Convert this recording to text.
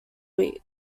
week